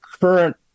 current